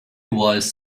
was